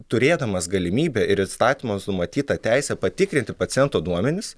turėdamas galimybę ir įstatymams numatytą teisę patikrinti paciento duomenis